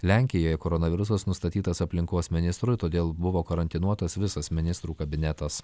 lenkijoje koronavirusas nustatytas aplinkos ministrui todėl buvo karantinuotas visas ministrų kabinetas